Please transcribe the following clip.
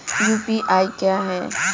UPI क्या है?